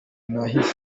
nahise